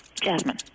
Jasmine